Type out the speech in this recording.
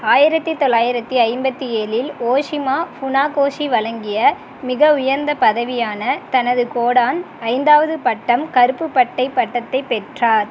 ஆயிரத்து தொள்ளாயிரத்து ஐம்பத்து ஏழில் ஓஷிமா ஃபுனாகோஷி வழங்கிய மிக உயர்ந்த பதவியான தனது கோடான் ஐந்தாவது பட்டம் கருப்பு பட்டை பட்டத்தைப் பெற்றார்